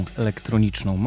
elektroniczną